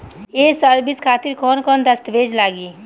ये सर्विस खातिर कौन कौन दस्तावेज लगी?